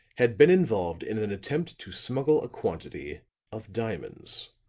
had been involved in an attempt to smuggle a quantity of diamonds.